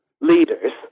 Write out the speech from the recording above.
leaders